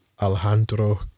Alejandro